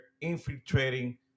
infiltrating